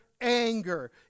anger